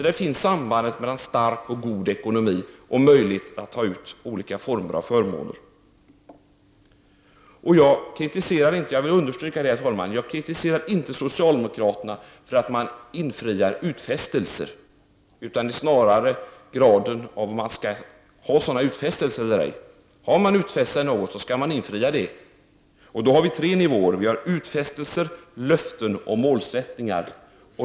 Där finns sambandet mellan stark och god ekonomi och möjlighet att ta ut olika former av förmåner. Jag vill understryka, herr talman, att jag inte kritiserar socialdemokraterna för att de infriar utfästelser. Jag undrar snarare om man skall ha den här graden av utfästelser. Har man gjort en utfästelse, skall man infria den. Vi har tre nivåer: utfästelser, löften och målsättningar.